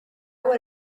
would